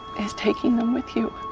is taking them with you.